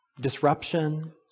disruption